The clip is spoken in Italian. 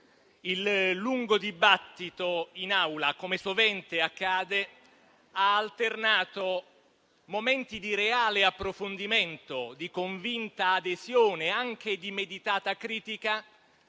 il lungo dibattito in Aula, come sovente accade, ha alternato momenti di reale approfondimento, di convinta adesione, anche di meditata critica,